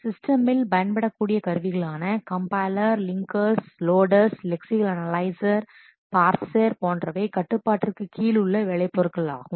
சிஸ்டமில் பயன்படக்கூடிய கருவிகளான compiler linkers loaders lexical analyser parser போன்றவை கட்டுப்பாட்டிற்கு கீழுள்ள வேலை பொருட்களாகும்